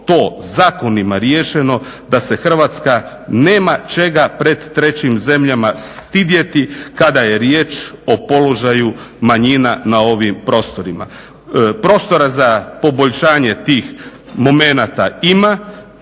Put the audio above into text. to zakonima riješeno da se Hrvatska nema čega pred trećim zemljama stidjeti kada je riječ o položaju manjina na ovim prostorima. Prostora za poboljšanje tih momenata ima,